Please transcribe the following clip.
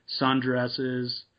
sundresses